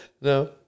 No